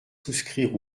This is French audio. souscrire